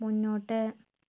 മുന്നോട്ട്